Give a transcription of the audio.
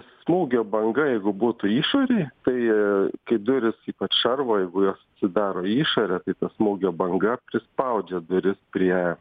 smūgio banga jeigu būtų išorėj tai tai durys ypač šarvo jeigu jos atsidaro į išorę tai ta smūgio banga prispaudžia duris prie